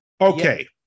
Okay